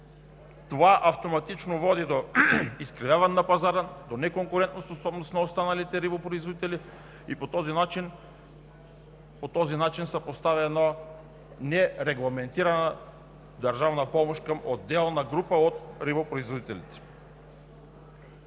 Това автоматично води до изкривяване на пазара, до неконкурентоспособност на останалите рибопроизводители и по този начин се поставя една нерегламентирана държавна помощ към отделна група от рибопроизводителите.